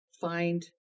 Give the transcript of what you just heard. find